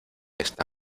está